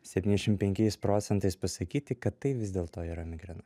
septyniasdešim penkiais procentais pasakyti kad tai vis dėlto yra migrena